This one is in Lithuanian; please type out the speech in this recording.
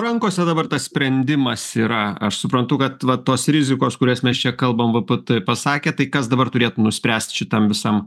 rankose dabar tas sprendimas yra aš suprantu kad va tos rizikos kurias mes čia kalbam vpt pasakė tai kas dabar turėtų nuspręst šitam visam